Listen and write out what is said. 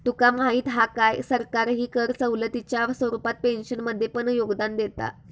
तुका माहीत हा काय, सरकारही कर सवलतीच्या स्वरूपात पेन्शनमध्ये पण योगदान देता